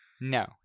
No